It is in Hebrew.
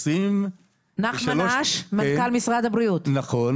מנכ"ל משרד הבריאות,